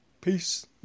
peace